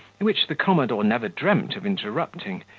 which the commodore never dreamt of interrupting,